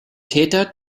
täter